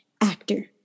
actor